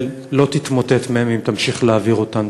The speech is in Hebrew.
לא תתמוטט אם היא תמשיך להעביר אותם.